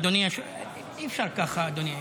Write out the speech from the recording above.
אי-אפשר ככה, אדוני.